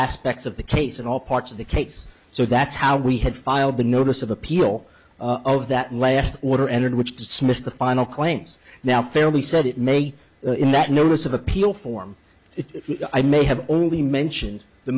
aspects of the case in all parts of the case so that's how we had filed a notice of appeal of that last order entered which dismissed the final claims now fairly said it may in that notice of appeal form if i may have only mentioned the